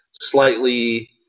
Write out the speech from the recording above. slightly